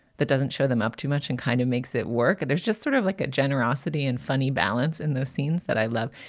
that doesn't show them up too much and kind of makes it work. and there's just sort of like a generosity and funny balance in those scenes that i love.